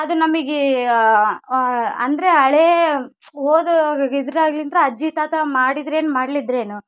ಅದು ನಮಗೆ ಅಂದರೆ ಹಳೇ ಓದೋವಾಗಿದ್ರಾಗ್ಲಿಂತ್ರ ಅಜ್ಜಿ ತಾತ ಮಾಡಿದ್ರೇನು ಮಾಡಲಿಲ್ದ್ರೇನು